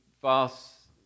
false